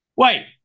Wait